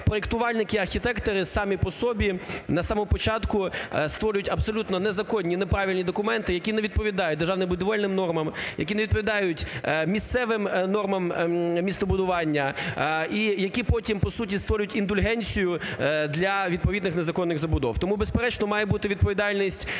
проектувальники і архітектори самі по собі на самому початку створюють абсолютно незаконні, неправильні документи, які не відповідають державно-будівельним нормам, які не відповідають місцевим нормам містобудування. І які потім по суті створюють індульгенцію для відповідних незаконних забудов. Тому, безперечно, має бути відповідальність не